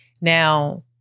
now